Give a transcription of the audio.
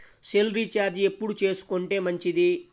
Cell recharge ఎప్పుడు చేసుకొంటే మంచిది?